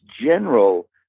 general